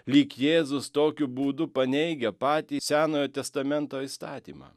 lyg jėzus tokiu būdu paneigia patį senojo testamento įstatymą